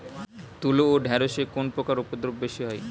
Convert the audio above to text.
তুলো ও ঢেঁড়সে কোন পোকার উপদ্রব বেশি হয়?